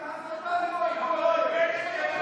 כהסתה לאורך כל הדרך.